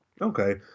okay